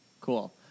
Cool